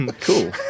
Cool